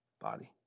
body